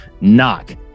Knock